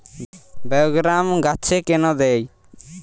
বায়োগ্রামা গাছে কেন দেয়?